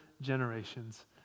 generations